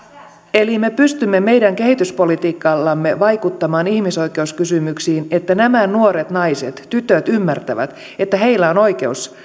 eli me pystymme meidän kehityspolitiikallamme vaikuttamaan ihmisoikeuskysymyksiin että nämä nuoret naiset tytöt ymmärtävät että heillä on oikeus